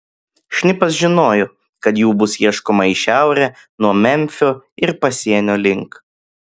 šnipas žinojo kad jų bus ieškoma į šiaurę nuo memfio ir pasienio link